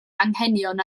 anghenion